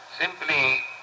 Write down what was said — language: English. simply